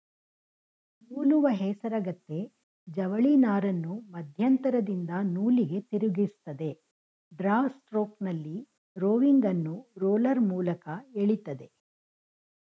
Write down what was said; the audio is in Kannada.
ನೂಲುವ ಹೇಸರಗತ್ತೆ ಜವಳಿನಾರನ್ನು ಮಧ್ಯಂತರದಿಂದ ನೂಲಿಗೆ ತಿರುಗಿಸ್ತದೆ ಡ್ರಾ ಸ್ಟ್ರೋಕ್ನಲ್ಲಿ ರೋವಿಂಗನ್ನು ರೋಲರ್ ಮೂಲಕ ಎಳಿತದೆ